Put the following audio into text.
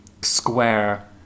square